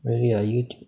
really ah Youtube